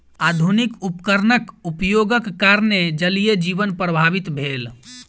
आधुनिक उपकरणक उपयोगक कारणेँ जलीय जीवन प्रभावित भेल